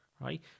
right